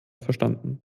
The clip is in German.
verstanden